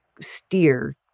steer